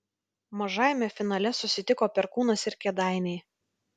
mažajame finale susitiko perkūnas ir kėdainiai